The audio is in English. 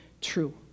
true